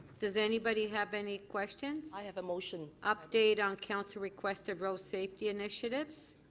does anybody have any questions? i have a motion. update on councillor request to grow safety initiatives.